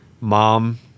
mom